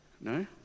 No